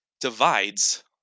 divides